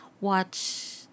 Watch